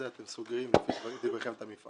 ימשיך אתם סוגרים לדבריכם את המפעל?